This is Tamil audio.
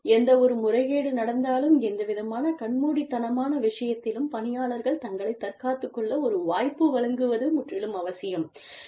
எந்தவொரு முறைகேடு நடந்தாலும் எந்தவிதமான கண்மூடித்தனமான விஷயத்திலும் பணியாளர்கள் தங்களைத் தற்காத்துக் கொள்ள ஒரு வாய்ப்பை வழங்குவது முற்றிலும் அவசியம்